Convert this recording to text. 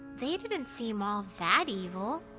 they didn't seem all that evil.